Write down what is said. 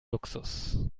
luxus